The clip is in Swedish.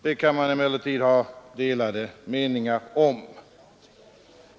Det kan man emellertid ha delade meningar om.